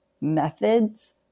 Methods